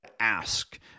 ask